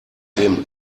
dem